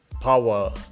power